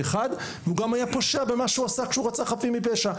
והוא גם היה פושע במה שהוא עשה כשרצח חפים מפשע.